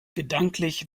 gedanklich